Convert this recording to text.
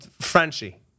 Frenchie